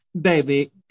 baby